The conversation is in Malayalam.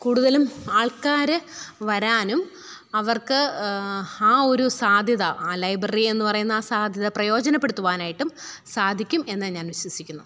കൂടുതലും ആള്ക്കാർ വരാനും അവര്ക്ക് ആ ഒരു സാധ്യത ലൈബ്രറി എന്നുപറയുന്ന ആ സാധ്യത പ്രയോജനപ്പെടുത്തുവാനായിട്ടും സാധിക്കും എന്ന് ഞാന് വിശ്വസിക്കുന്നു